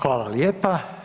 Hvala lijepa.